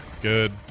good